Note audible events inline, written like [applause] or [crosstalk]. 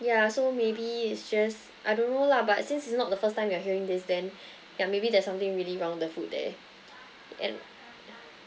yeah so maybe it's just I don't know lah but since it's not the first time you are hearing this then [breath] yeah maybe there's something really wrong with the food there and